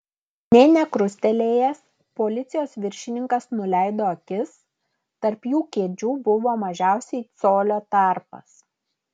nė nekrustelėjęs policijos viršininkas nuleido akis tarp jų kėdžių buvo mažiausiai colio tarpas